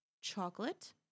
chocolate